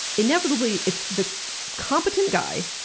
inevitably it's the competent guy,